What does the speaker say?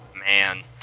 man